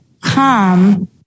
come